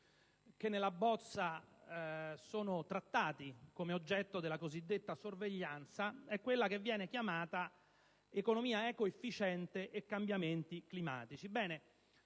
nella bozza, come oggetto della cosiddetta sorveglianza, è quello che viene definito economia ecoefficiente e cambiamenti climatici.